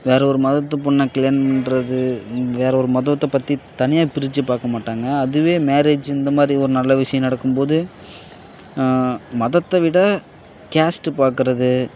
வேறு ஒரு மதத்துப் பொண்ணை கல்யாணம் பண்ணுறது வேறு ஒரு மதத்தை பற்றி தனியாக பிரித்து பார்க்க மாட்டாங்க அதுவே மேரேஜ் இந்த மாதிரி ஒரு நல்ல விஷியம் நடக்கும் போது மதத்தை விட கேஸ்ட்டு பாக்குறது